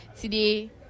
today